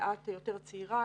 מעט יותר צעירה,